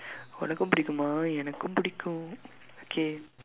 உனக்கும் பிடிக்குமா:unakkum pidikkumaa எனக்கும் பிடிக்கும்:enakkum pidikkum okay